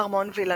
ארמון וילאנוב,